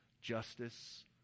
Justice